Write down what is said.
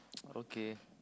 okay